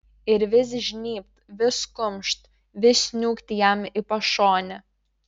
ir vis žnybt vis kumšt vis niūkt jam į pašonę